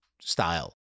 style